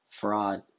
fraud